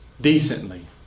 decently